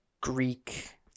Greek